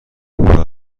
خوب